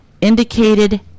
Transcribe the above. indicated